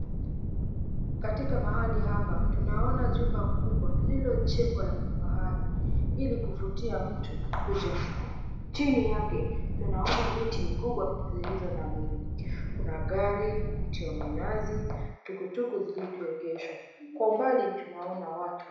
Katika mahali hapa tunaona jumba kubwa lililojengwa la kifahari ili kuvutia mtu kukuja ufukweni . Chini yake kuna miti mikubwa zilizonawiri. Kuna gari, mti wa mnazi na tukutuku zilizoegeshwa kwa umbali tunaona watu.